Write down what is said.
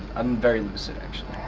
i'm very lucid, actually.